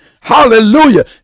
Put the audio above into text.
hallelujah